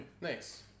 Nice